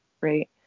right